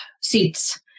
seats